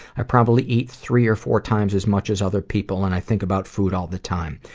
i probably eat three or four times as much as other people, and i think about food all the time.